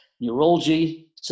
Neurology